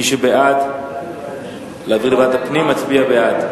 מי שבעד להעביר לוועדת הפנים, מצביע בעד.